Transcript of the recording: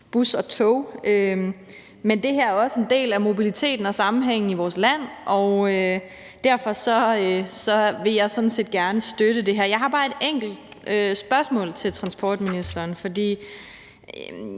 bus og tog, men det her er også en del af mobiliteten og sammenhængen i vores land, og derfor vil jeg sådan set gerne støtte det her. Jeg har bare et enkelt spørgsmål til transportministeren. Jeg